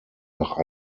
nach